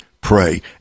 pray